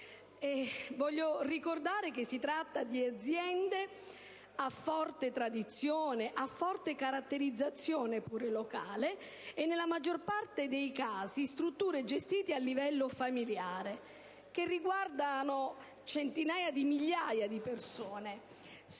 Sottolineo che si tratta di aziende a forte tradizione e a forte caratterizzazione locale e nella maggior parte dei casi di strutture gestite a livello familiare, che riguardano centinaia di migliaia di persone.